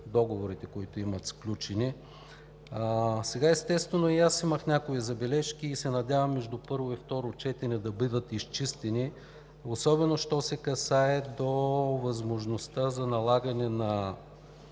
поели по сключените договори. Естествено, и аз имам някои забележки и се надявам между първо и второ четене да бъдат изчистени, особено що се касае до възможността за налагане на